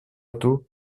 του